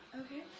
Okay